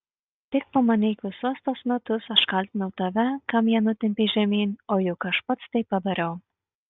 tik pamanyk visus tuos metus aš kaltinau tave kam ją nutempei žemyn o juk aš pats tai padariau